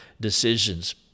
decisions